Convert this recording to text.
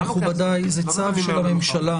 מכובדיי, זה צו של הממשלה.